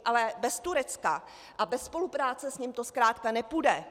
Ale bez Turecka a bez spolupráce s ním to zkrátka nepůjde.